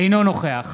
אינו נוכח